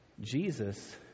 Jesus